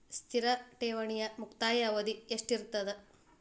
ಸ್ಥಿರ ಠೇವಣಿದು ಮುಕ್ತಾಯ ಅವಧಿ ಎಷ್ಟಿರತದ?